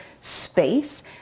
space